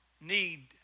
need